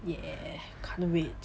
ya can't wait